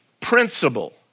principle